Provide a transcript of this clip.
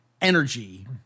energy